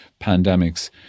pandemics